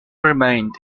remained